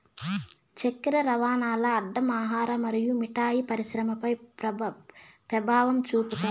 చక్కర రవాణాల్ల అడ్డం ఆహార మరియు మిఠాయి పరిశ్రమపై పెభావం చూపుతాది